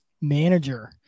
manager